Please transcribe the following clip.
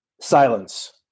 Silence